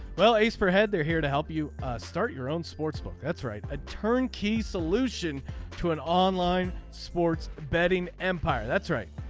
well ace for head they're here to help you start your own sportsbook. that's right. a turnkey solution to an online sports betting empire. that's right.